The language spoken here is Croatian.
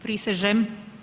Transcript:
Prisežem.